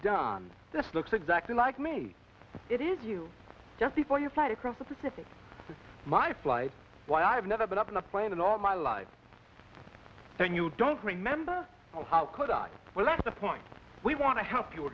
done this looks exactly like me it is you just before your flight across the pacific to my flight why i have never been up in a plane in all my life and you don't remember how could i well that's the point we want to help you